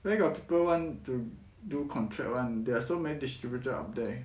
where got people want to do contract [one] there are so many distributor out there